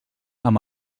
amb